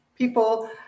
people